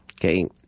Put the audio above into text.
Okay